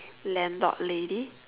landlord lady